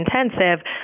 intensive